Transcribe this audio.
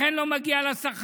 לכן לא מגיע לה שכר?